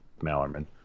Mallerman